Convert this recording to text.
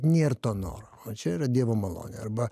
nėr to noro o čia yra dievo malonė arba